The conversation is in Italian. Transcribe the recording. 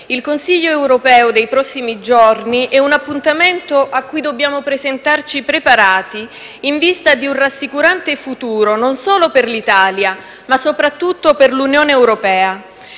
il Consiglio europeo dei prossimi giorni è un appuntamento a cui dobbiamo presentarci preparati, in vista di un rassicurante futuro non solo per l'Italia ma soprattutto per l'Unione europea.